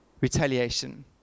retaliation